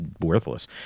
worthless